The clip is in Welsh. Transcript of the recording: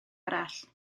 arall